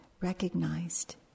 recognized